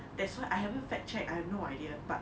that's why I haven't fact check I have no idea but